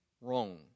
wrong